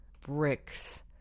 bricks